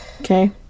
okay